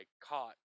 caught